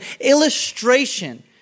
illustration